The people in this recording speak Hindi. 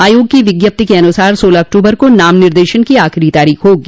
आयोग की विज्ञप्ति के अनुसार सोलह अक्टूबर को नाम निर्देशन की आखिरी तारीख होगी